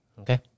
okay